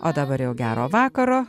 o dabar jau gero vakaro